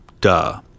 Duh